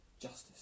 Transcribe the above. justice